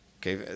Okay